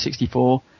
64